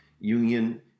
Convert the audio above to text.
union